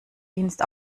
dienst